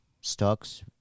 stocks